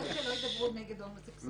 כל עוד שלא ידברו נגד הומוסקסואלים.